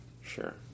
sure